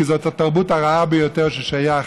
כי זאת התרבות הרעה ביותר שאפשר